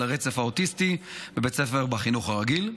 הרצף האוטיסטי בבית ספר בחינוך הרגיל,